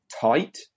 tight